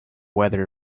weather